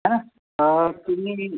हे ना तर तुम्ही